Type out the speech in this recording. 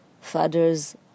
fathers